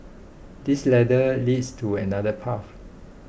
this ladder leads to another path